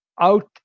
out